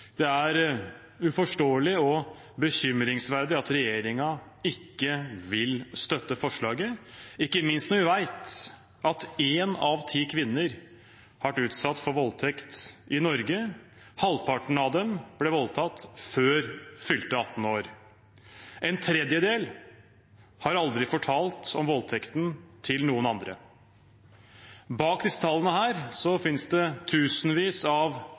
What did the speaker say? Det er uforståelig og bekymringsverdig at regjeringen ikke vil støtte forslaget, ikke minst når vi vet at én av ti kvinner i Norge har vært utsatt for voldtekt. Halvparten av dem ble voldtatt før fylte 18 år. En tredjedel har aldri fortalt om voldtekten til noen. Bak disse tallene finnes det tusenvis av